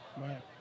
Right